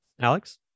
Alex